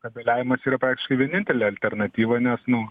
kabeliavimas yra praktiškai vienintelė alternatyva nes nu